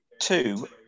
two